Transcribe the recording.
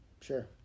Sure